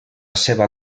seva